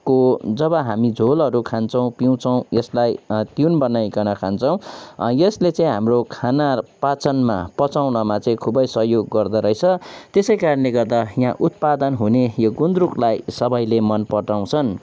को जब हामी झोलहरू खान्छौँ पिउछौँ यसलाई तिउन बनाइकन खान्छौँ यसले चाहिँ हाम्रो खाना पाचनमा पचाउनमा चाहिँ खुबै सहयोग गर्दोरहेछ त्यसै कारणले गर्दा यहाँ उत्पादन हुने यो गुन्द्रुकलाई सबैले मन पराउँछन्